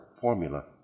formula